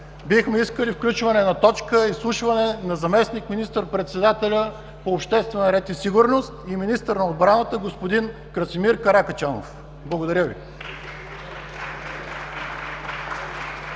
бихме искали включване на точка: Изслушване на заместник-министър председателя по обществен ред и сигурност и министър на отбраната господин Красимир Каракачанов. Благодаря Ви.